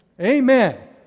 Amen